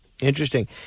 Interesting